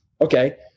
Okay